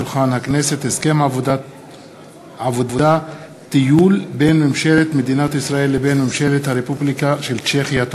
הסכם עבודה-טיול בין ממשלת מדינת ישראל לבין ממשלת הרפובליקה של צ'כיה.